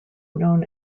known